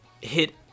hit